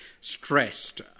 stressed